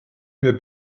mir